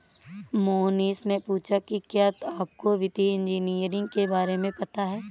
मोहनीश ने पूछा कि क्या आपको वित्तीय इंजीनियरिंग के बारे में पता है?